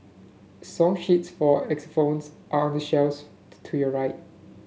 song sheets for phones are on the shells to your right